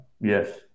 Yes